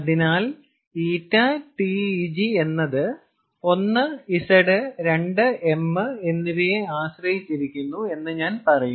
അതിനാൽ ƞTEG എന്നത് 1 Z 2 m എന്നിവയെ ആശ്രയിച്ചിരിക്കുന്നു എന്ന് ഞാൻ പറയും